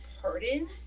Pardon